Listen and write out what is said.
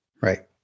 right